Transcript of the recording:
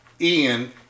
Ian